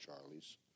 Charlie's